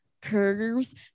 curves